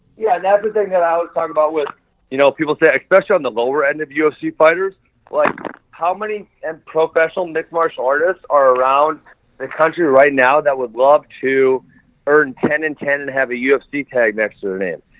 yeah and everything that i was talking about, with you know people say especially on the lower end of ufc fighters, like how many unprofessional mixed martial artists are around the country right now, that would love to earn ten and ten and have a ufc tag next to their name?